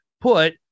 put